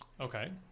okay